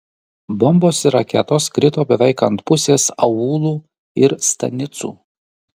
bombos ir raketos krito beveik ant pusės aūlų ir stanicų